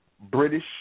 British